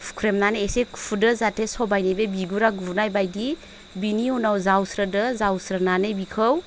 हुख्रेमनानै एसे खुदो जाहाते सबाइनि बे बिगुरा गुनाय बायदि बेनि उनाव जावस्रोदो जावस्रोनानै बिखौ